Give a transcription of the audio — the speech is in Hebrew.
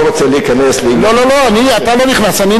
לא נראה לי שראשי מדינות אירופה יבואו לפה לאחר שהם